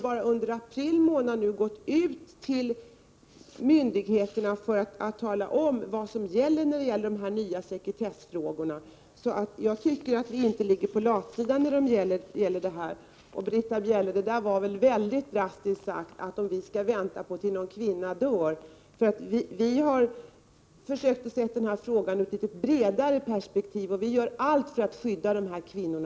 Bara under april månad har man gått ut till myndigheterna för att tala om vilka nya regler som gäller beträffande sekretessfrågorna, så jag tycker inte att vi ligger på latsidan. Och, Britta Bjelle, det var mycket drastiskt att fråga om vi skall vänta tills någon kvinna dör. Vi har försökt se på denna fråga ur ett bredare perspektiv. Vi gör allt för att skydda de här kvinnorna.